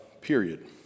period